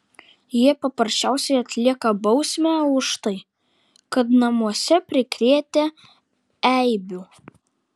jie paprasčiausiai atlieka bausmę už tai kad namuose prikrėtę eibių